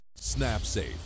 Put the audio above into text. SnapSafe